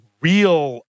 real